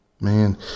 Man